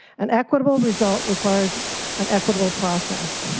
and equitable result requires an equitable process.